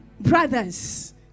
brothers